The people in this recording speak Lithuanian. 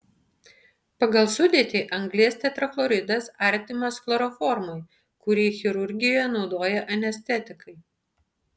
pagal sudėtį anglies tetrachloridas artimas chloroformui kurį chirurgijoje naudoja anestetikai